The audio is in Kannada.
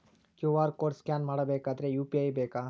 ಕ್ಯೂ.ಆರ್ ಕೋಡ್ ಸ್ಕ್ಯಾನ್ ಮಾಡಬೇಕಾದರೆ ಯು.ಪಿ.ಐ ಬೇಕಾ?